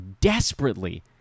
desperately